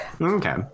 Okay